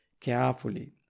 carefully